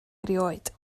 erioed